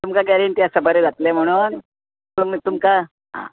तुमकां गेरंटी आसा बरें जातलें म्हणून न्हय न्हय तुमका आं